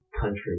country